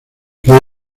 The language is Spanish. que